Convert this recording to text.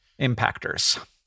impactors